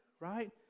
right